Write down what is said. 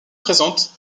présente